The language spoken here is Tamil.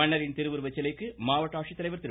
மன்னரின் திருவுருவ சிலைக்கு மாவட்ட ஆட்சித்தலைவர் திரு